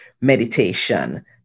meditation